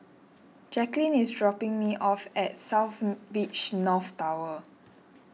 Jaclyn is dropping me off at South Beach North Tower